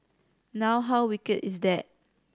now how wicked is that